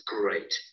Great